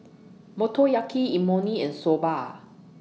Motoyaki Imoni and Soba